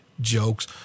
jokes